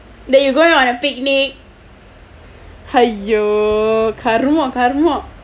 that you going on a picnic !aiyo! கருமம் கருமம்:karumam karumam